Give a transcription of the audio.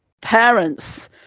parents